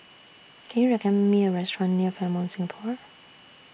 Can YOU recommend Me A Restaurant near Fairmont Singapore